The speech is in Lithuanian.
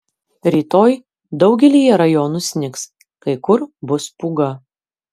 rytoj daugelyje rajonų snigs kai kur bus pūga